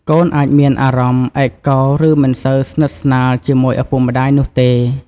កូនអាចមានអារម្មណ៍ឯកោឬមិនសូវស្និទ្ធស្នាលជាមួយឪពុកម្ដាយនោះទេ។